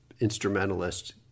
instrumentalist